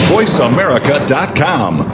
VoiceAmerica.com